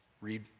Read